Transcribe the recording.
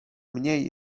mniej